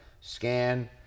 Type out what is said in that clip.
Scan